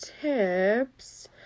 tips